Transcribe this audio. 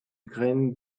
graines